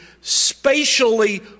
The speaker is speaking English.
spatially